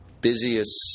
busiest